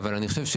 אבל אני חושב,